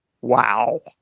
wow